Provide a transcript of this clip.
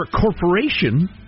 corporation